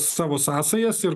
savo sąsajas ir